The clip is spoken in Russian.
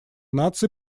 наций